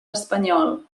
espanyol